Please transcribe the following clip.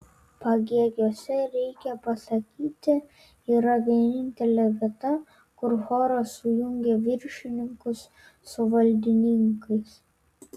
pagėgiuose reikia pasakyti yra vienintelė vieta kur choras sujungia viršininkus su valdininkais